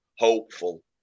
Hopeful